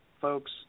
folks